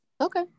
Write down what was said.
Okay